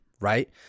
right